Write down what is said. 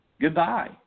Goodbye